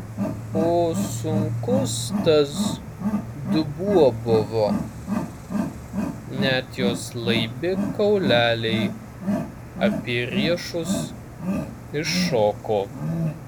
o sunkus tas dubuo buvo net jos laibi kauleliai apie riešus iššoko